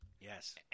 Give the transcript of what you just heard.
Yes